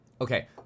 Okay